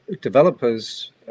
developers